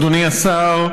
אדוני השר,